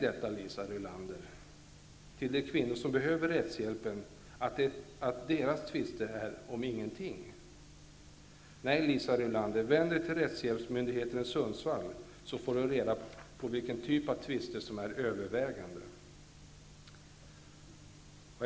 Liisa Rulander, säg till de kvinnor som behöver rättshjälpen att deras tvister är om ingenting. Jag tycker att Liisa Rulander skall vända sig till rättshjälpsmyndigheten i Sundsvall så att hon får reda på vilken typ av tvister som är övervägande.